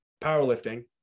Powerlifting